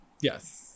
Yes